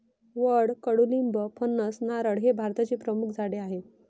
वड, कडुलिंब, फणस, नारळ हे भारताचे प्रमुख झाडे आहे